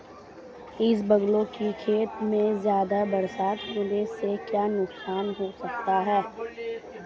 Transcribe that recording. इसबगोल की खेती में ज़्यादा बरसात होने से क्या नुकसान हो सकता है?